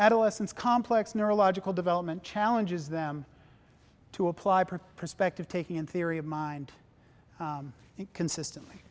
adolescence complex neurological development challenges them to apply perspective taking and theory of mind consistently